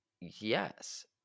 Yes